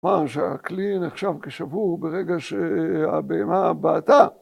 אמרנו שהכלי נחשב כשבור ‫ברגע שהבהמה בעטה